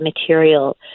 material